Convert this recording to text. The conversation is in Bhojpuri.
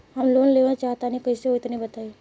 हम लोन लेवल चाहऽ तनि कइसे होई तनि बताई?